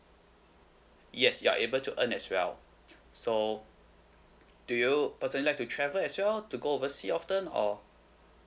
yes you are able to earn as well so do you personally like to travel as well to go overseas often or